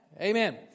Amen